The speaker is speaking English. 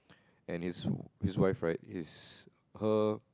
and his his wife right it's her